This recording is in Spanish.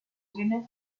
trenes